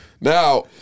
Now